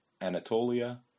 Anatolia